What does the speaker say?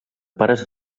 pares